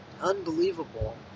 unbelievable